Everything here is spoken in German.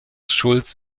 schulz